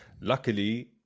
luckily